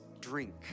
drink